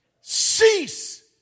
Cease